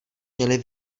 měli